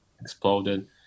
exploded